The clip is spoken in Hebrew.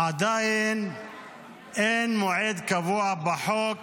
עדיין אין מועד קבוע בחוק